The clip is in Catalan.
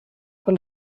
pel